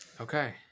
Okay